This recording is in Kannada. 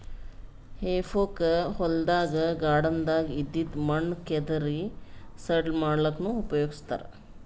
ಹೆಫೋಕ್ ಹೊಲ್ದಾಗ್ ಗಾರ್ಡನ್ದಾಗ್ ಇದ್ದಿದ್ ಮಣ್ಣ್ ಕೆದರಿ ಸಡ್ಲ ಮಾಡಲ್ಲಕ್ಕನೂ ಉಪಯೊಗಸ್ತಾರ್